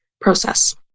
process